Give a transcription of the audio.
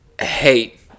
hate